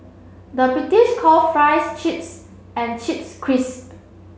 the British call fries chips and chips crisp